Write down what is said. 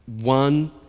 one